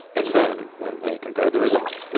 and then when they compare the results,